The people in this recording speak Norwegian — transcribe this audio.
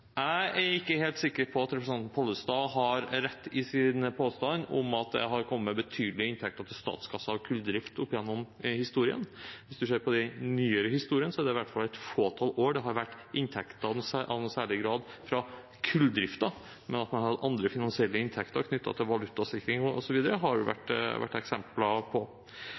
Jeg er ikke helt sikker på at representanten Pollestad har rett i sin påstand om at det har kommet betydelige inntekter til statskassen av kulldrift opp gjennom historien. Hvis man ser på den nyere historien, er det i hvert fall et fåtall år det i særlig grad har vært inntekter fra kulldriften. Men at man har hatt andre finansielle inntekter knyttet til valutasikring osv., har det vært eksempler på.